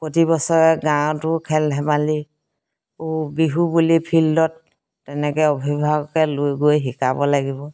প্ৰতিবছৰে গাঁৱতো খেল ধেমালি ও বিহু বুলি ফিল্ডত তেনেকৈ অভিভাৱকে লৈ গৈ শিকাব লাগিব